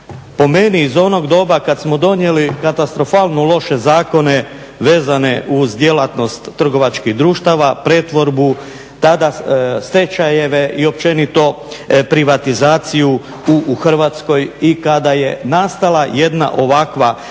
po meni iz onog doba kad smo donijeli katastrofalne loše zakone vezane uz djelatnost trgovačkih društava, pretvorbu, tada stečajeve i općenito privatizaciju u Hrvatskoj i kada je nastala jedna ovakva